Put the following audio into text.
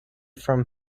from